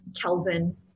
Kelvin